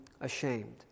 ashamed